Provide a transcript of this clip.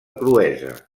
cruesa